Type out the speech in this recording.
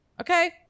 Okay